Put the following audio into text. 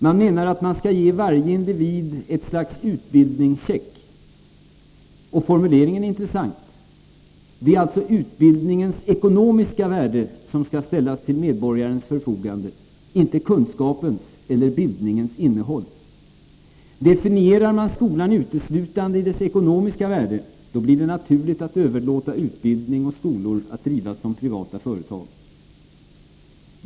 Man menar att man skall ge varje individ ett slags utbildningscheck. Formuleringen är intressant. Det är alltså utbildningens ekonomiska värde som skall ställas till medborgarnas förfogande, inte kunskapens eller bildningens innehåll. Definierar man skolan uteslutande i dess ekonomiska värde, blir det naturligt att överlåta utbildning och skolor att drivas som privata företag.